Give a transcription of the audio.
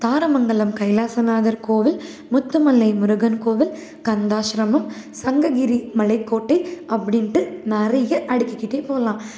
தாரமங்கலம் கைலாசநாதர் கோவில் முத்துமலை முருகன் கோவில் கந்தாஸ்ரமம் சங்ககிரி மலைக்கோட்டை அப்படின்ட்டு நிறையா அடுக்கிகிட்டே போகலாம்